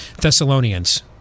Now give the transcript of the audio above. Thessalonians